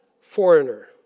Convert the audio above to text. foreigner